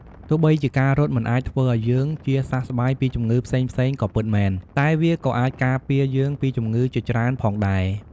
ទោះបីជាការរត់មិនអាចធ្វើឲ្យយើងជាសះស្បើយពីជំងឺផ្សេងៗក៏ពិតមែន តែវាក៏អាចការពារយើងពីជំងឺជាច្រើនផងដែរ។